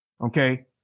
okay